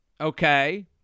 okay